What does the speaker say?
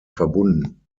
verbunden